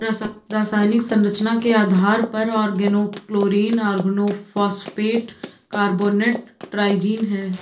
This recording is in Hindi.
रासायनिक संरचना के आधार पर ऑर्गेनोक्लोरीन ऑर्गेनोफॉस्फेट कार्बोनेट ट्राइजीन है